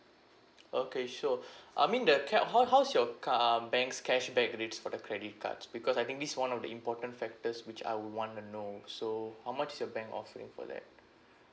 okay sure I mean the cap how how's your car~ um banks cashback rates for the credit cards because I think this is one of the important factors which I would wanna know so how much is your bank offering for that